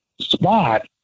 spot